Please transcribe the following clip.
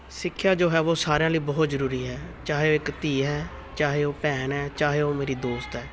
ਸਿੱਖਿਆ ਜੋ ਹੈ ਵੋ ਸਾਰਿਆਂ ਲਈ ਬਹੁਤ ਜ਼ਰੂਰੀ ਹੈ ਚਾਹੇ ਇੱਕ ਧੀ ਹੈ ਚਾਹੇ ਉਹ ਭੈਣ ਹੈ ਚਾਹੇ ਉਹ ਮੇਰੀ ਦੋਸਤ ਹੈ